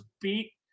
beat